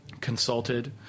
consulted